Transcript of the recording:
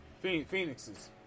Phoenixes